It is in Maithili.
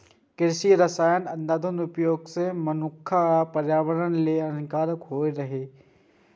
कृषि रसायनक अंधाधुंध प्रयोग मनुक्ख आ पर्यावरण लेल हानिकारक होइ छै